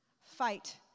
fight